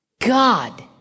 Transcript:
God